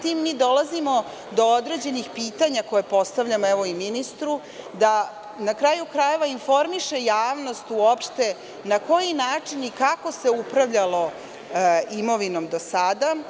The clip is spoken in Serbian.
Time mi dolazimo do određenih pitanja koja postavljamo i ministru da, na kraju krajeva, informiše javnost uopšte na koji način i kako se upravljalo imovinom do sada?